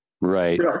right